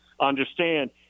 understand